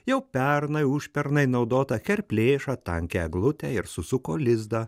jau pernai užpernai naudotą kerplėšą tankią eglutę ir susuko lizdą